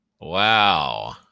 Wow